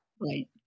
Right